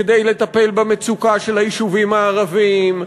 כדי לטפל במצוקה של היישובים הערביים,